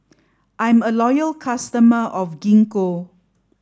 I'm a loyal customer of Gingko